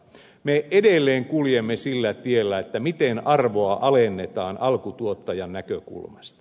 me edelleen kuljemme sillä tiellä miten arvoa alennetaan alkutuottajan näkökulmasta